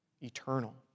eternal